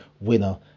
winner